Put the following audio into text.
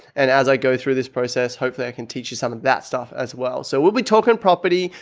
and as i go through this process, hopefully i can teach you some of that stuff as well. so we'll be talking property,